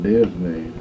Disney